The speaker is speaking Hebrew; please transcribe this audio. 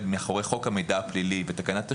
מאחורי חוק המידע הפלילי ותקנת השווים,